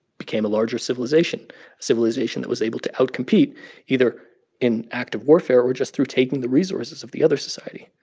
became a larger civilization, a civilization that was able to outcompete either in active warfare or just through taking the resources of the other society.